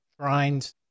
shrines